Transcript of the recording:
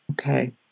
Okay